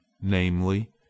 namely